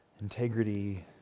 integrity